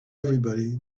everybody